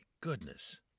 goodness